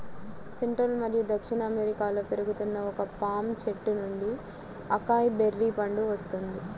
central మరియు దక్షిణ అమెరికాలో పెరుగుతున్న ఒక పామ్ చెట్టు నుండి అకాయ్ బెర్రీ పండు వస్తుంది